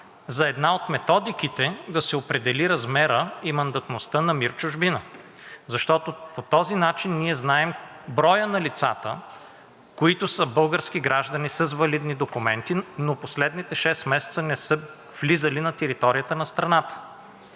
за една от методиките да се определи размерът и мандатността на МИР „Чужбина“. Защото по този начин ние знаем броя на лицата, които са български граждани с валидни документи, но последните 6 месеца не са влизали на територията на страната.